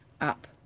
up